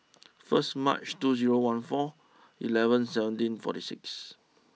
first March two zero one four eleven seventeen forty six